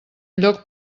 lloc